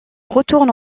retourne